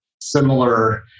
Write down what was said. similar